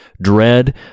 dread